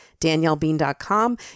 daniellebean.com